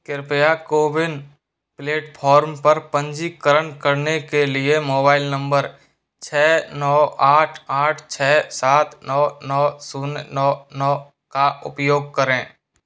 कृपया CoWIN platform platform पर पंजीकरण करने के लिए मोबाइल नंबर छ नौ आठ आठ छ सात नौ नौ शून्य नौ नौ का उपयोग करें